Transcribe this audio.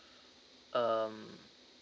um